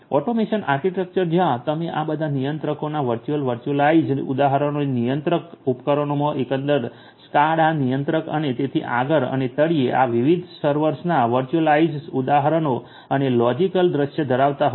automation architecture જ્યાં તમે આ બધા નિયંત્રકોના વર્ચુઅલ વર્ચ્યુઅલાઇઝ્ડ ઉદાહરણોને નિયંત્રક ઉપકરણોમાં એકંદર સ્કાડા નિયંત્રક અને તેથી આગળ અને તળિયે આ વિવિધ સર્વર્સના વર્ચ્યુઅલાઇઝ્ડ ઉદાહરણો અને લોજિકલ દૃશ્ય ધરાવતા હોય છે